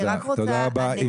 תודה רבה.